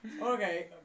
Okay